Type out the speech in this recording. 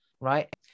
right